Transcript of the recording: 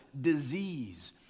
disease